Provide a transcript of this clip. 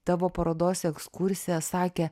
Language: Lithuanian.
tavo parodos ekskursiją sakė